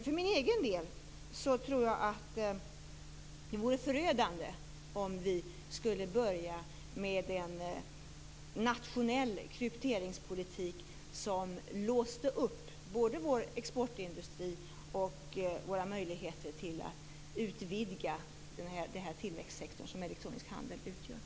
För min del tror jag att det vore förödande om vi skulle börja med en nationell krypteringspolitik som låste upp både vår exportindustri och våra möjligheter att utvidga den tillväxtsektor som den elektroniska handeln utgör.